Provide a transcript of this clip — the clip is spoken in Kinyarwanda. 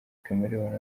chameleone